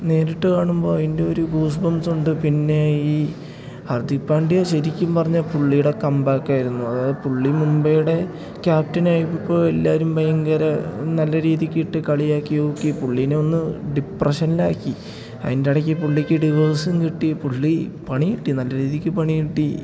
നേരിട്ട് കാണുമ്പോൾ അതിൻ്റെ ഒരു ഗൂസ്ബംസുണ്ട് പിന്നെ ഈ ഹർദ്ദിക് പാണ്ടിയ ശരിക്കും പറഞ്ഞാൽ പുള്ളിയുടെ കമ്പാക്കായിരുന്നു അതായത് പുള്ളി മുമ്പൈയുടെ ക്യാപ്റ്റനായപ്പോൾ എല്ലാവരും ഭയങ്കര നല്ല രീതിക്ക് ഇട്ട് കളിയാക്കി നോക്കി പുള്ളീനെ ഒന്ന് ഡിപ്രഷനിലാക്കി അതിൻ്റെയിടയ്ക്ക് പുള്ളിക്ക് ഡിവോഴ്സും കിട്ടി പുള്ളി പണി കിട്ടി നല്ല രീതിക്ക് പണി കിട്ടി